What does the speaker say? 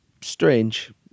Strange